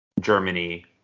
Germany